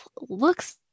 looks